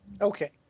Okay